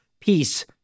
Peace